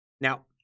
Now